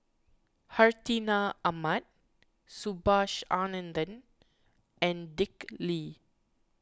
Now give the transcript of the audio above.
Hartinah Ahmad Subhas Anandan and Dick Lee